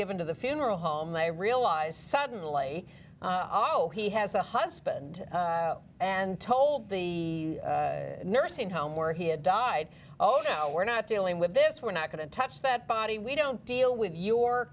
given to the funeral home i realize suddenly otto he has a husband and told the nursing home where he had died oh you know we're not dealing with this we're not going to touch that body we don't deal with your